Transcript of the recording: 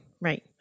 Right